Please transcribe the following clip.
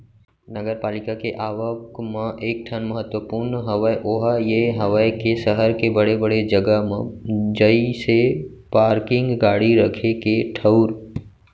नगरपालिका के आवक म एक ठन महत्वपूर्न हवय ओहा ये हवय के सहर के बड़े बड़े जगा म जइसे पारकिंग गाड़ी रखे के ठऊर